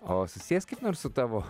o susijęs kaip nors su tavo